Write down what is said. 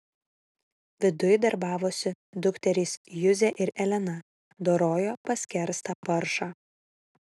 viduj darbavosi dukterys juzė ir elena dorojo paskerstą paršą